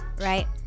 Right